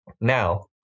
Now